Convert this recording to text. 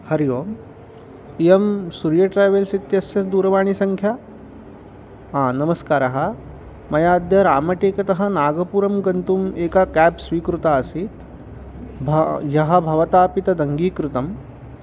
हरिः ओम् इयं सूर्यट्रावेल्स् इत्यस्य दूरवाणीसङ्ख्या नमस्कारः मया अद्य रामटेकतः नागपुरं गन्तुम् एकं क्याब् स्वीकृतम् आसीत् भ ह्यः भवतापि तदङ्गीकृतम्